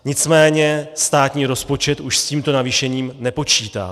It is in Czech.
Nicméně státní rozpočet už s tímto navýšením nepočítá.